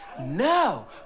No